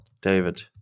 David